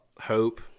Hope